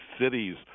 cities